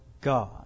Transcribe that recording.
God